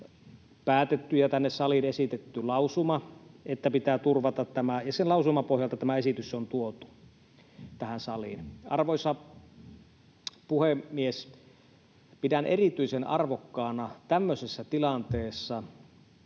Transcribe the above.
päätetty ja tänne saliin esitetty lausuma, että pitää turvata tämä, ja sen lausuman pohjalta tämä esitys on tuotu tähän saliin. Arvoisa puhemies! Pidän erityisen arvokkaana tämmöisessä tilanteessa,